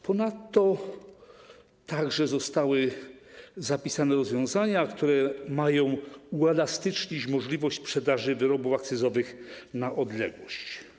Ponadto zostały także zapisane rozwiązania, które mają uelastycznić możliwość sprzedaży wyrobów akcyzowych na odległość.